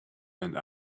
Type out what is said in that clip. and